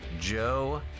Joe